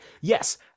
yes